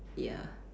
ya